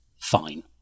fine